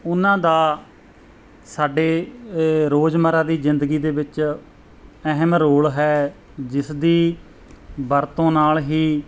ਉਹਨਾਂ ਦਾ ਸਾਡੇ ਰੋਜ਼ਮੱਰਾ ਦੀ ਜ਼ਿੰਦਗੀ ਦੇ ਵਿੱਚ ਅਹਿਮ ਰੋਲ ਹੈ ਜਿਸ ਦੀ ਵਰਤੋਂ ਨਾਲ ਹੀ